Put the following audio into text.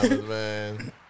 man